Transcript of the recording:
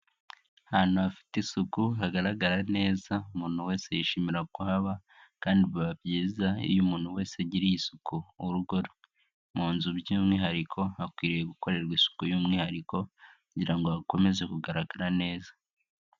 Ahantu hafite isuku hagaragara neza, umuntu wese yishimira kuhaba, kandi biba byiza iyo umuntu wese agiriye isuku urugo rwe, mu nzu by'umwihariko hakwiriye gukorerwa isuku y'umwihariko kugira ngo hakomeze kugaragara neza.